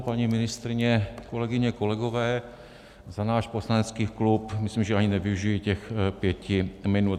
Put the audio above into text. Paní ministryně, kolegyně, kolegové, za náš poslanecký klub myslím, že ani nevyužiji těch pěti minut.